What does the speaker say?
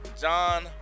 John